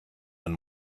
man